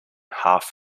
half